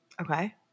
Okay